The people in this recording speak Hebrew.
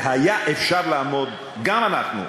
והיה אפשר לעמוד, גם אנחנו,